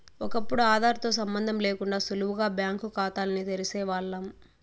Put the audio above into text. ఒకప్పుడు ఆదార్ తో సంబందం లేకుండా సులువుగా బ్యాంకు కాతాల్ని తెరిసేవాల్లం